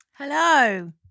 Hello